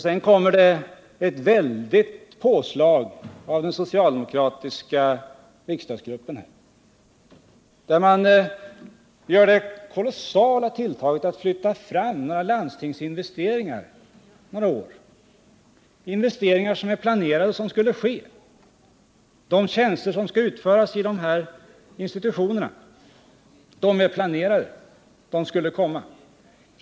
Sedan görs det ett väldigt påslag av den socialdemokratiska riksdagsgruppen, som vill göra den kolossala satsningen att flytta fram en del landstingsinvesteringar några år. Det gäller investeringar som är planerade och som ändå skulle göras. De tjänster som skall utföras vid de aktuella institutionerna är planerade redan tidigare.